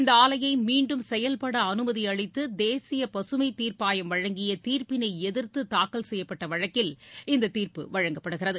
இந்த ஆலையை மீண்டும் செயல்பட அனுமதி அளித்து தேசிய பகமைத் தீர்ப்பாயம் வழங்கிய தீர்பிபினை எதிர்த்து தாக்கல் செய்யப்பட்ட வழக்கில் இந்தத் தீர்ப்பு வழங்கப்படுகிறது